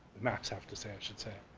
maps have to say, i should say.